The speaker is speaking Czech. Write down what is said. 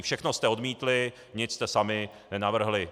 Všechno jste odmítli, nic jste sami nenavrhli.